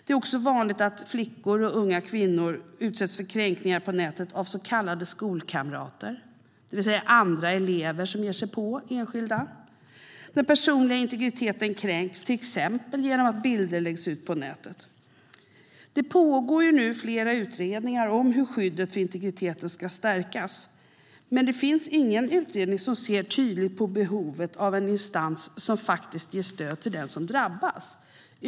Det är också vanligt att flickor och unga kvinnor utsätts för kränkningar på nätet av så kallade skolkamrater, det vill säga andra elever som ger sig på enskilda. Den personliga integriteten kränks till exempel genom att bilder läggs ut på nätet. Det pågår nu flera utredningar om hur skyddet för integriteten ska stärkas. Men det finns ingen utredning som ser tydligt på behovet av en instans som ger stöd till den som drabbas.